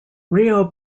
rio